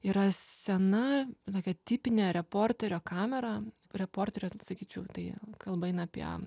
yra sena tokia tipinė reporterio kamera reporterio sakyčiau tai kalba eina apie